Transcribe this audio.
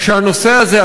שהנושא הזה,